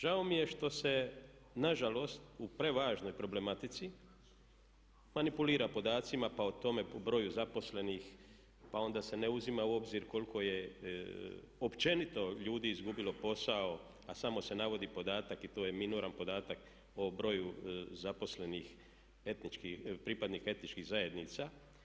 Žao mi je što se nažalost u prevažnoj problematici manipulira podacima pa o tome po broju zaposlenih pa onda se ne uzima u obzir koliko je općenito ljudi izgubilo posao a samo se navodi podatak i to je minoran podatak o broju zaposlenih, pripadnika etničkih zajednica.